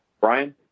Brian